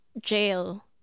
jail